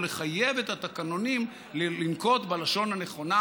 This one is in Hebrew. ולחייב את התקנונים לנקוט את הלשון הנכונה